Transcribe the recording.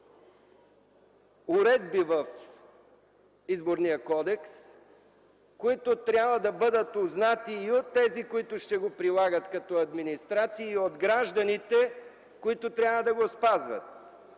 уредби в Изборния кодекс, които трябва да бъдат узнати и от тези, които ще го прилагат като администрация, и от гражданите, които трябва да го спазват.